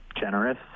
generous